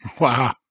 Wow